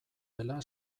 dela